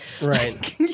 Right